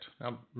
now